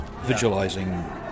visualizing